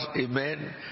amen